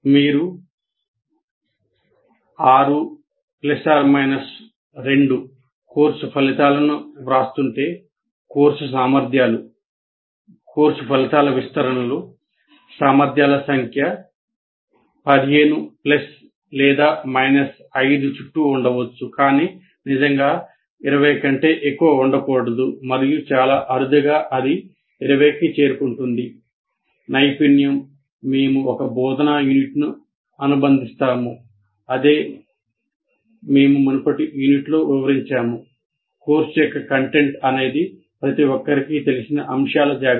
మీరు 6 2 కోర్సు ఫలితాలను వ్రాస్తుంటే కోర్సు సామర్థ్యాలు కోర్సు యొక్క కంటెంట్ అనేది ప్రతి ఒక్కరికీ తెలిసిన అంశాల జాబితా